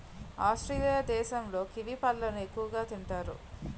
Australia దేశంలో kiwi పళ్ళను ఎక్కువగా తింతారు